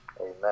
Amen